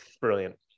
Brilliant